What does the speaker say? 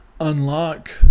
unlock